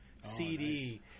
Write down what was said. CD